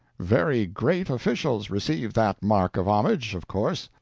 very great officials receive that mark of homage, of course.